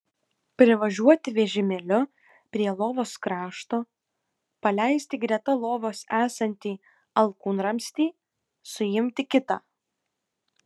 privažiuoti vežimėliu prie lovos krašto paleisti greta lovos esantį alkūnramstį suimti kitą